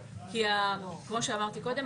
כי כמו שאמרתי קודם,